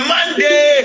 Monday